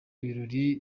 ibirori